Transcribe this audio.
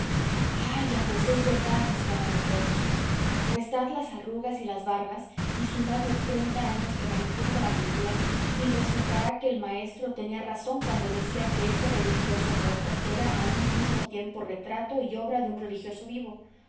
calla pues es verdad exclamaron todos restad las arrugas y las barbas y sumad los treinta años que manifiesta la pintura y resultará que el maestro tenía razón cuando decía que ese religioso muerto era a un mismo tiempo retrato y obra de un religioso vivo